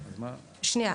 שנייה.